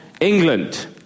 England